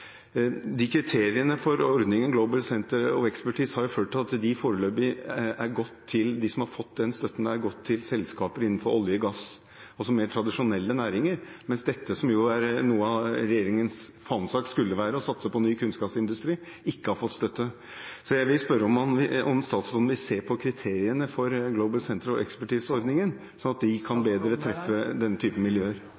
Kriteriene for ordningen Global Centre of Expertise har ført til at den støtten har gått til selskaper innenfor olje og gass, altså mer tradisjonelle næringer, mens det som skulle være noe av en fanesak for regjeringen – å satse på ny kunnskapsindustri – ikke har fått støtte. Så jeg vil spørre om statsråden vil se på kriteriene for Global Centre of Expertise-ordningen, sånn at de bedre kan